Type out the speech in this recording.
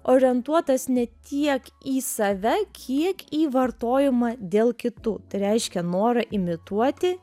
orientuotas ne tiek į save kiek į vartojimą dėl kitų tai reiškia norą imituoti